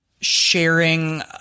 sharing